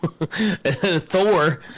thor